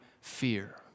fear